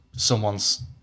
Someone's